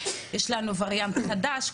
עכשיו יש לנו וריאנט חדש,